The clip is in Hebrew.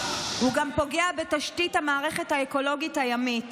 הוא גם פוגע בתשתית המערכת האקולוגית הימית